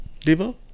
Devo